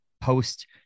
post